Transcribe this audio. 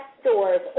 stores